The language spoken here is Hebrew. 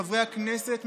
חברי הכנסת,